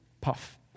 puff